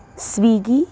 Swiggy